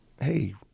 hey